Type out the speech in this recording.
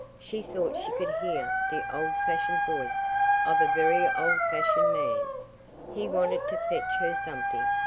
she thought she could hear the old-fashioned voice of a very old-fashioned man he wanted to fetch her something,